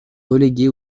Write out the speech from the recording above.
reléguée